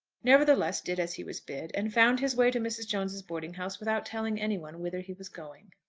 nevertheless did as he was bid, and found his way to mrs. jones's boarding-house without telling any one whither he was going.